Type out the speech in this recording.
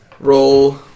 Roll